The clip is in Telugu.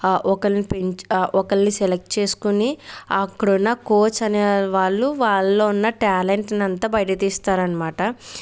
ఒకళ్ళని పిలి ఒకళ్ళని సెలెక్ట్ చేసుకొని అక్కడున్నా కోచ్ అనే వాళ్ళు వాళ్ళో ఉన్న ట్యాలెంట్నంత బయటకి తీస్తారన్మాట